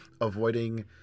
avoiding